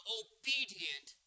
obedient